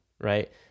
Right